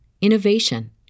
innovation